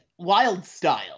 Wildstyle